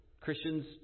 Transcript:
Christians